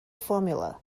formula